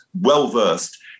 well-versed